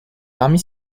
parmi